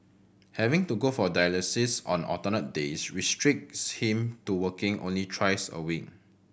having to go for dialysis on alternate days restricts him to working only thrice a week